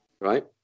right